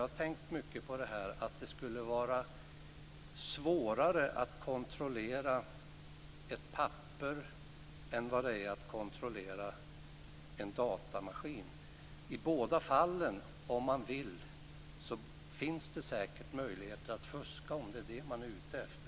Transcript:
Jag kan inte tänka mig att det skulle vara svårare att kontrollera ett papper än vad det är att kontrollera en datamaskin. I båda fallen finns det säkert möjligheter att fuska om det är det man är ute efter.